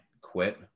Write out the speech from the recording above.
quit